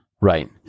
right